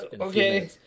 Okay